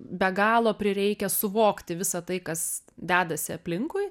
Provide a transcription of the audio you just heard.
be galo prireikia suvokti visą tai kas dedasi aplinkui